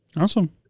Awesome